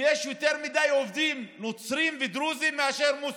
שיש יותר מדי עובדים נוצרים ודרוזים מאשר מוסלמים.